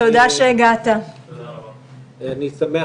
כפי שבאמת נאור ויורם אמרו,